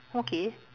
okay